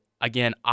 Again